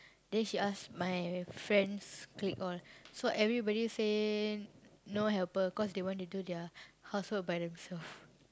then she ask my friends' clique all so everybody say no helper cause they want to do their housework by themselves